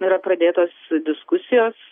na yra pradėtos diskusijos